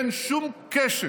אין שום קשר